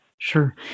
Sure